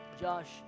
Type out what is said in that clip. Josh